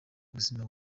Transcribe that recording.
ubuzima